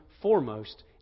foremost